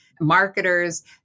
marketers